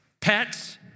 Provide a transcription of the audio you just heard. pets